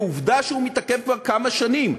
ועובדה שהוא מתעכב כבר כמה שנים.